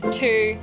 two